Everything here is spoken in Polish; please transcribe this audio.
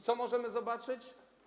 Co możemy zobaczyć?